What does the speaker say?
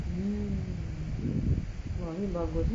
hmm !wah! ni bagus eh